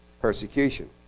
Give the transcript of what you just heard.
persecution